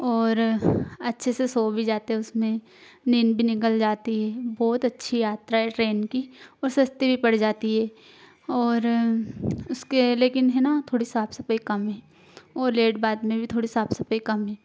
और अच्छे से सो भी जाते हैं उसमें नींद भी निकल जाती हे बहुत अच्छी यात्रा है ट्रेन की और सस्ते भी पड़ जाती है और उसके लेकिन हैं ना थोड़ी साफ सफाई कम है और लेट बाद में भी थोड़ी साफ सफाई कम है